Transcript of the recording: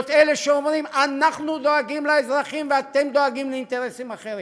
להיות אלה שאומרים: אנחנו דואגים לאזרחים ואתם דואגים לאינטרסים אחרים.